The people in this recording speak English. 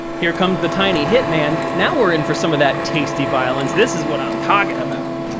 here comes the tiny hitman! now we're in for some of that tasty violence! this is what i'm talkin about!